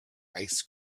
ice